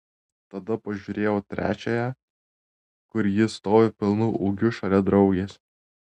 tada pažiūrėjau trečiąją kur ji stovi pilnu ūgiu šalia draugės